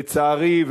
לצערי,